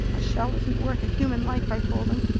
a shell isn't worth a human life! i told him.